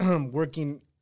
working